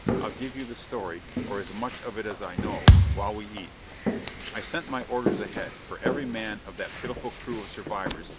i'll give you the story or as much of it as i know while we eat i sent my orders ahead for every man of that pitiful crew of survivors,